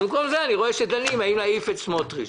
במקום זה דנים אם להעיף את סמוטריץ'.